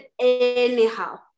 anyhow